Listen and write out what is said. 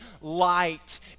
light